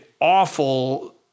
awful